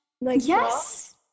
yes